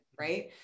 Right